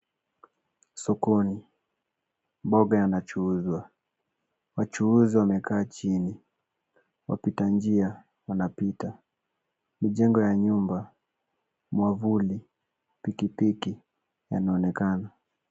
Sokoni, mboga yanachuuzwa. Wachuuzi wamekaa chini. Wapita njia wanapita. Mijengo ya nyumba, mwavuli, pikipiki yanaonekana.